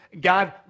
God